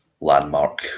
landmark